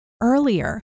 earlier